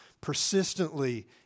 persistently